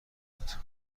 بود